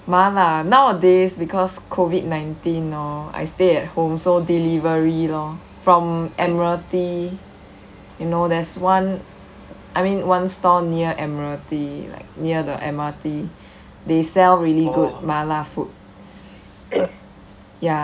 mala nowadays because COVID nineteen lor I stay at home so delivery lor from admiralty you know there's one I mean one store near admiralty like near the M_R_T they sell really good mala food ya